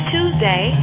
Tuesday